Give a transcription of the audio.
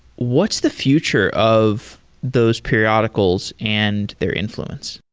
what's the future of those periodicals and their influence?